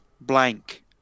blank